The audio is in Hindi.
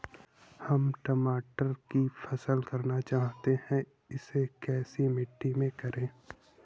हम टमाटर की फसल करना चाहते हैं इसे कैसी मिट्टी में करें?